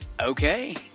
okay